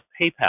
PayPal